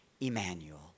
Emmanuel